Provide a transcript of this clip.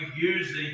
using